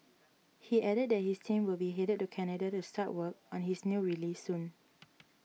he added that his team will be headed to Canada to start work on his new release soon